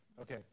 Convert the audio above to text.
Okay